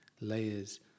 layers